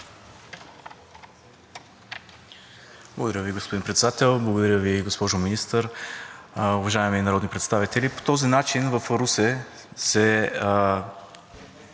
Благодаря Ви, господин Председател. Благодаря Ви, госпожо Министър. Уважаеми народни представители! По този начин в Русе се